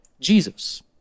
Jesus